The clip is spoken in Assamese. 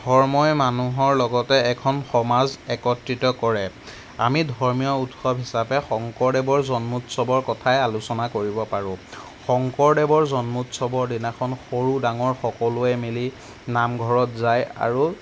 ধৰ্মই মানুহৰ লগতে এখন সমাজ একত্ৰিত কৰে আমি ধৰ্মীয় উৎসৱ হিচাপে শংকৰদেৱৰ জন্মোৎসৱ কথাই আলোচনা কৰিব পাৰোঁ শংকৰদেৱৰ জন্মোৎসৱৰ দিনাখন সৰু ডাঙৰ সকলোৱে মিলি নামঘৰত যায় আৰু